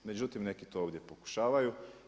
Međutim, neki to ovdje pokušavaju.